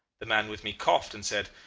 the man with me coughed and said,